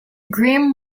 grim